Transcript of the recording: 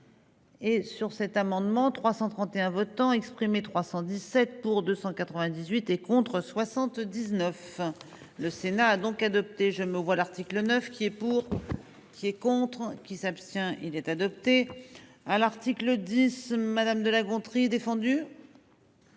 Et sur cet amendement 331 votants exprimés, 317 pour 298 et. Contre 79. Le Sénat a donc adopté, je me vois l'article 9 qui est pour. Qui est contre qui s'abstient il est adopté à l'article 10. Madame de La Gontrie défendu.